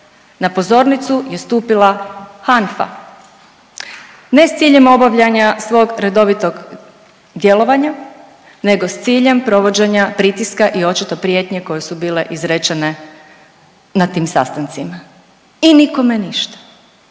na pozornicu je stupila HANFA. Ne s ciljem obavljanja svog redovitog djelovanja, nego s ciljem provođenja pritiska i očito prijetnje koje su bile izrečene na tim sastancima i nikome ništa.